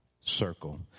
circle